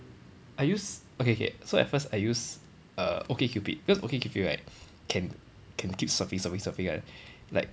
I use okay K so at first I use err okcupid cause okcupid right can can keep swiping swiping swiping [one] like